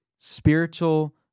spiritual